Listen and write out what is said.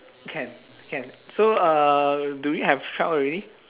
can can so uh do we have twelve already